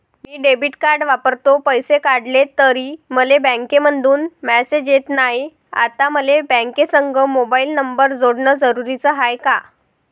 मी debit card वापरतो, पैसे काढले तरी मले बँकेमंधून मेसेज येत नाय, आता मले बँकेसंग मोबाईल नंबर जोडन जरुरीच हाय का?